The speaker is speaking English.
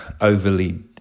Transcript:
overly